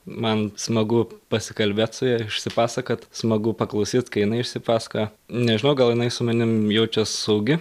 man smagu pasikalbėt su ja išsipasakot smagu paklausyt kai jinai išsipasakoja nežinau gal jinai su manim jaučias saugi